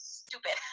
stupid